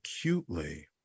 acutely